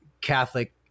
Catholic